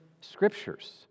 scriptures